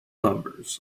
numbers